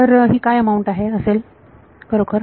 तर ही काय अमाऊंट असेल खरोखर